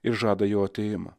ir žada jo atėjimą